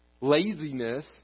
laziness